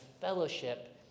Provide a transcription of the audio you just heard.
fellowship